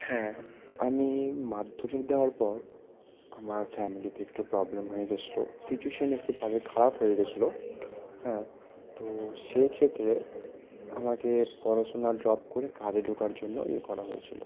হ্যাঁ আমি মাধ্যমিক দেওয়ার পর আমার ফ্যামিলিতে একটু প্রবলেম হয়ে গেছিলো সিচুয়েশান একটু ভালো খারাপ হয়ে গেছিলো হ্যাঁ তো সেক্ষেত্রে আমাকে পড়াশোনা ড্রপ করে কাজে ঢোকার জন্য ইয়ে করা হয়েছিলো